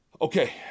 Okay